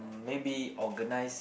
maybe organize